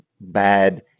bad